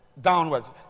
downwards